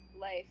life